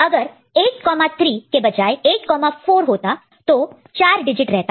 अगर 83 के बजाय 84 होता तो 4 डिजिट रहता